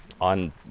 on